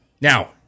Now